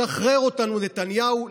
שחרר אותנו, נתניהו.